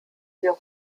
wir